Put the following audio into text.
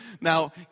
now